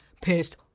pissed